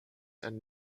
and